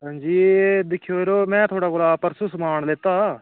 एह् दिक्खेओ यरो में परसों थुआढ़े कोला समान लैता हा